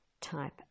type